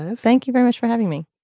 ah thank you very much for having me